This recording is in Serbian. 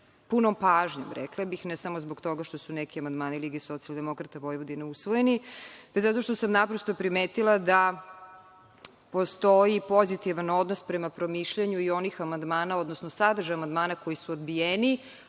punom pažnjom, rekla bih, ne samo zbog toga što su neki amandmani LSV usvojeni, već zato što sam naprosto primetila da postoji pozitivan odnos prema promišljanju i onih amandmana, odnosno sadržine amandmana koji su odbijeni,